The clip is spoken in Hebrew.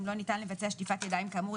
אם לא ניתן לבצע שטיפת ידיים כאמור,